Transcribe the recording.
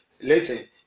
Listen